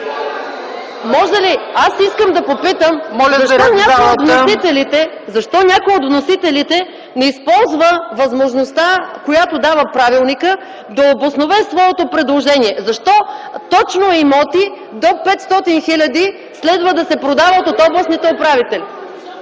МАНОЛОВА: Аз искам да попитам: защо някой от вносителите не използва възможността, която дава правилникът, да обоснове своето предложение? Защо точно имоти до 500 хиляди следва да се продават от областните управители?